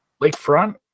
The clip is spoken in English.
Lakefront